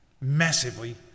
Massively